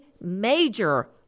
major